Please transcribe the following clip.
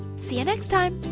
see you next time!